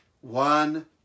one